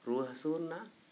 ᱨᱩᱣᱟᱹᱼᱦᱟᱹᱥᱩ ᱨᱮᱱᱟᱜ